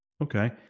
Okay